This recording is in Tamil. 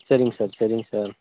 சரிங்க சார் சரிங்க சார்